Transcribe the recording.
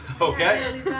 Okay